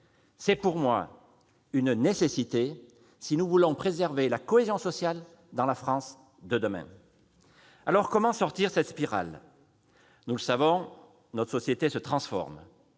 C'est à mon sens une nécessité si nous voulons préserver la cohésion sociale dans la France de demain. Comment sortir de cette spirale ? Nous le savons, notre société est en